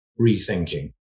rethinking